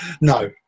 No